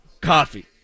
coffee